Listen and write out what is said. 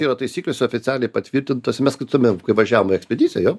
yra taisyklėse oficialiai patvirtintas ir mes kartu kai važiavom į ekspediciją jo